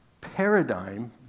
paradigm